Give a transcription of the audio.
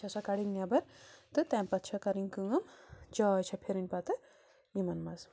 چھےٚ سۄ کَڑٕنۍ نٮ۪بَر تہٕ تَمۍ پَتہٕ چھےٚ کَرٕنۍ کٲم چاے چھےٚ پھِرٕنۍ پَتہٕ یِمَن منٛز